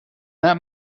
not